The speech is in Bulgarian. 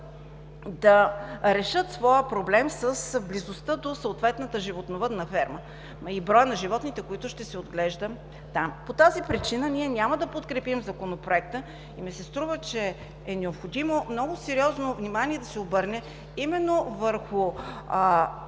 да решат своя проблем с близостта до съответната животновъдна ферма и броя на животните, които се отглеждат там. По тази причина ние няма да подкрепим Законопроекта. Струва ми се, че е необходимо да се обърне много сериозно внимание именно върху